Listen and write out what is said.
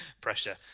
pressure